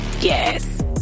Yes